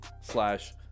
slash